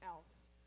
else